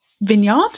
vineyard